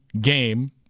game